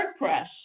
WordPress